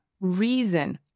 reason